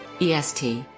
EST